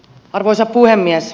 arvoisa puhemies